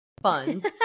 funds